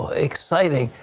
exciting?